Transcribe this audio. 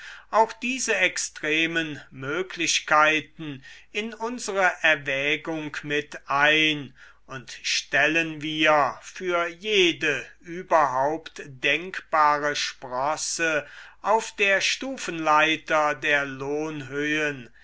auch diese extremen möglichkeiten in unsere erwägung mit ein und stellen wir für jede überhaupt denkbare sprosse auf der stufenleiter der